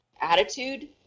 attitude